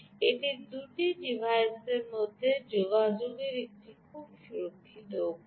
এটি দুটি ডিভাইসের মধ্যে যোগাযোগের একটি খুব সুরক্ষিত উপায়